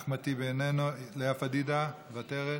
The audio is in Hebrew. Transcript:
אחמד טיבי, איננו, לאה פדידה, מוותרת?